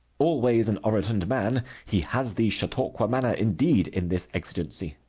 always an orotund man, he has the chautauqua manner indeed in this exigency.